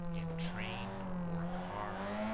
in train or car,